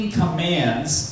commands